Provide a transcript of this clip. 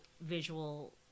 visual